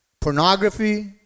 pornography